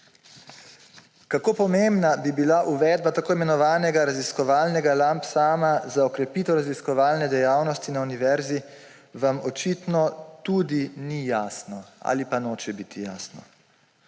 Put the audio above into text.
Kako pomembna bi bila uvedba tako imenovanega raziskovalnega lump suma za okrepitev raziskovalne dejavnosti na univerzi, vam očitno tudi ni jasno ali pa noče biti jasno.